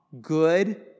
Good